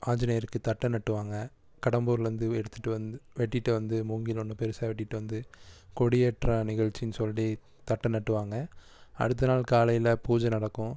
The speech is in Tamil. ஆஞ்சிநேயருக்கு தட்டை நட்டுவாங்க கடம்பூர்லேஇருந்து எடுத்துகிட்டு வந்து வெட்டிவிட்டு வந்து மூங்கில் ஒன்று பெருசாக வெட்டிகிட்டு வந்து கொடியேற்ற நிகழ்ச்சின்னு சொல்லி தட்டை நட்டுவாங்க அடுத்த நாள் காலையில் பூஜை நடக்கும்